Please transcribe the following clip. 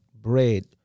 bread